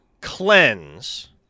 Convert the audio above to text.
cleanse